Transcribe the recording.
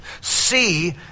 see